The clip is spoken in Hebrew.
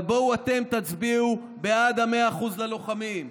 אבל בואו אתם תצביעו בעד 100% ללוחמים.